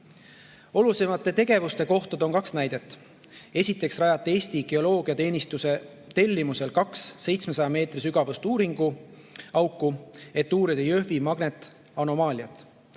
Olulisemate tegevuste kohta toon kaks näidet. Esiteks rajati Eesti Geoloogiateenistuse tellimusel kaks 700 meetri sügavust uuringuauku, et uurida Jõhvi magnetanomaaliat.